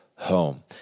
home